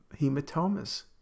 hematomas